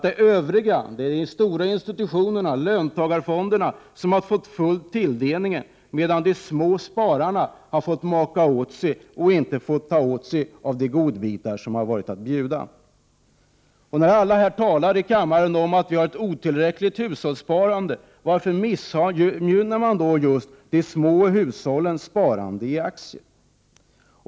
De övriga, de stora institutionerna och löntagarfonderna, har fått full tilldelning, medan småspararna har fått maka åt sig och inte kunnat ta för sig av de godbitar som funnits att bjuda. När alla här i kammaren talar om att vi har ett otillräckligt hushållssparande, varför missgynnar man då just hushållens sparande i aktier?